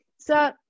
So-